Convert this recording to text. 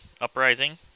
uprising